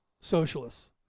socialists